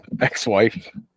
ex-wife